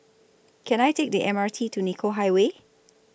Can I Take The M R T to Nicoll Highway